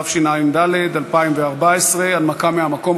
התשע"ד 2014. הנמקה מהמקום,